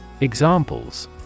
Examples